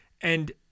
and-